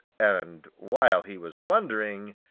and while he was wondering,